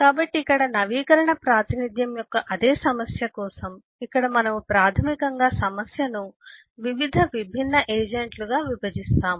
కాబట్టి ఇక్కడ నవీకరణ ప్రాతినిధ్యం యొక్క అదే సమస్య కోసం ఇక్కడ మనము ప్రాథమికంగా సమస్యను వివిధ విభిన్న ఏజెంట్లగా విభజిస్తాము